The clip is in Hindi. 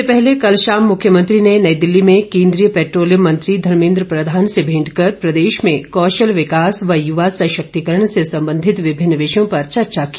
इससे पहले कल शाम मुख्यमंत्री ने नई दिल्ली में केंद्रीय पेट्रोलियम मंत्री धमेंद्र प्रधान से भेंट कर प्रदेश में कौशल विकास व युवा सशक्तिकरण से संबंधित विभिन्न विषयों पर चर्चा की